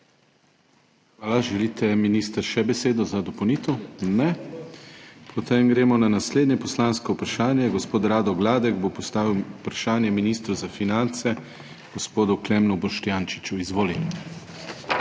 Hvala. Želite minister še besedo za dopolnitev? (Ne.) Potem gremo na naslednje poslansko vprašanje. Gospod Rado Gladek bo postavil vprašanje ministru za finance, gospodu Klemnu Boštjančiču. Izvolite.